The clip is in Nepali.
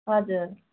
हजुर